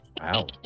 wow